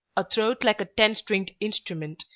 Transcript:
a throat like a ten-stringed instrument,